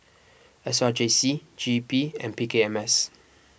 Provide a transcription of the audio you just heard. S R J C G E P and P K M S